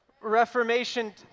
Reformation